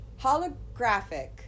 holographic